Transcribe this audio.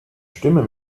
stimme